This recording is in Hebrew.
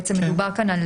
מדובר כאן על